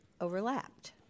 overlapped